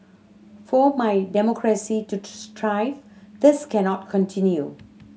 for my democracy to thrive this cannot continue